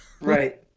Right